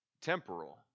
temporal